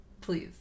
Please